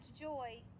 joy